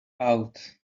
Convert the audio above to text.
out